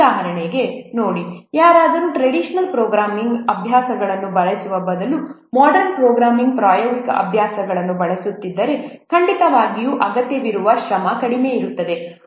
ಉದಾಹರಣೆಗೆ ನೋಡಿ ಯಾರಾದರೂ ಟ್ರಡಿಷನಲ್ ಪ್ರೋಗ್ರಾಮಿಂಗ್ ಅಭ್ಯಾಸಗಳನ್ನು ಬಳಸುವ ಬದಲು ಮೊಡರ್ನ್ ಪ್ರೋಗ್ರಾಮಿಂಗ್ ಪ್ರಾಯೋಗಿಕ ಅಭ್ಯಾಸಗಳನ್ನು ಬಳಸುತ್ತಿದ್ದರೆ ಖಂಡಿತವಾಗಿಯೂ ಅಗತ್ಯವಿರುವ ಶ್ರಮ ಕಡಿಮೆ ಇರುತ್ತದೆ